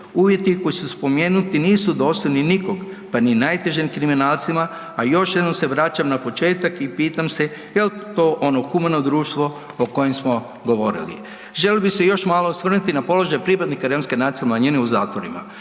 uvjeti koji su spomenuti nisu dosljedni nikoga pa ni najtežim kriminalcima, a još jednom se vraćam na početak i pitam se jel to ono humano društvo o kojem smo govorili. Želio bih se još malo osvrnuti na položaj pripadnika Romska nacionalne manjine u zatvorima,